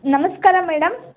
ನಮಸ್ಕಾರ ಮೇಡಮ್